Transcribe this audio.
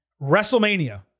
WrestleMania